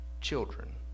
children